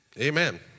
Amen